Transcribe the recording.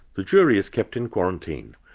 the jury is kept in quarantine,